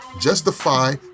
justify